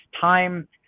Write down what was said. time